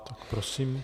Tak prosím.